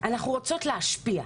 אנחנו רוצות להשפיע,